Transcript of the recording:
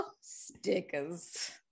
Stickers